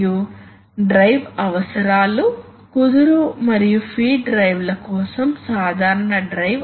quick exhaust valves యొక్క ప్రయోజనం ఏమిటి మరియు వాటిని హైడ్రాలిక్ కంట్రోల్ లో ఉపయోగించవచ్చా